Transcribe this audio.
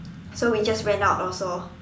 so we just ran out also